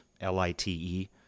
L-I-T-E